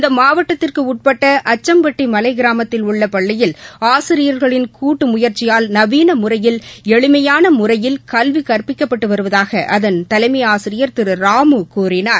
இந்த மாவட்டத்திற்கு உட்பட்ட அச்சம்பட்டி மலைக் கிராமத்தில் உள்ள பள்ளியில் ஆசிரியர்களின் கூட்டு முயற்சியால் நவீன முறையில் எளிமையான முறையில் கல்வி கற்பிக்கப்பட்டு வருவதாக அதன் தலைமை ஆசிரியர் திரு ராமு கூறினார்